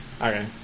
Okay